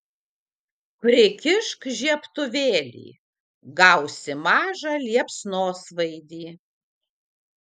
prikišk žiebtuvėlį gausi mažą liepsnosvaidį